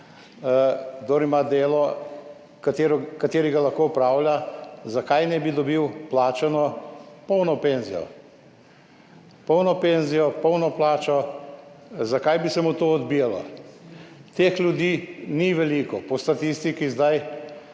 kdor ima delo, ki ga lahko opravlja, zakaj ne bi dobil plačane polne penzije in polne plače? Zakaj bi se mu to odbijalo? Teh ljudi ni veliko, po statistiki je zdaj